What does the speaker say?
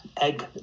egg